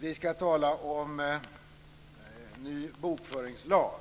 Vi ska tala om ny bokföringslag.